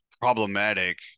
problematic